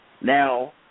Now